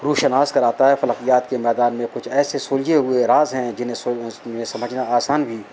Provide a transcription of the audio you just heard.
روشناس کراتا ہے فلکیات کے میدان میں کچھ ایسے سلجھے ہوئے راز ہیں جنہیں سمجھنا آسان بھی